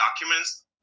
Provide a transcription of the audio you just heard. documents